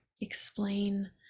explain